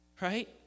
right